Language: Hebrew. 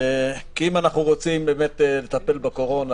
אם אנחנו רוצים לטפל בקורונה,